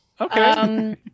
okay